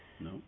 No